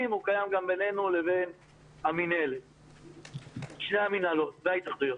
אלא גם בינינו לבין שתי המנהלות וההתאחדויות.